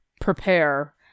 prepare